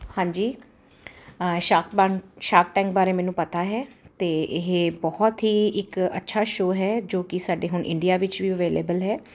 ਹਾਂਜੀ ਸ਼ਾਕਵੰਡ Shark Tank ਬਾਰੇ ਮੈਨੂੰ ਪਤਾ ਹੈ ਅਤੇ ਇਹ ਬਹੁਤ ਹੀ ਇੱਕ ਅੱਛਾ ਸ਼ੋਅ ਹੈ ਜੋ ਕਿ ਸਾਡੇ ਹੁਣ ਇੰਡੀਆ ਵਿੱਚ ਵੀ ਅਵੇਲੇਬਲ ਹੈ